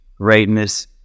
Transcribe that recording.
greatness